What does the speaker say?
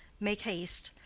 make haste,